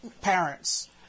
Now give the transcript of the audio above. parents